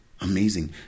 amazing